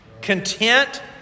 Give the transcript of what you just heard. Content